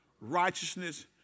righteousness